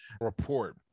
report